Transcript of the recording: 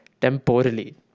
temporally